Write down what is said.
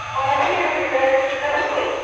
i think it will be very successful.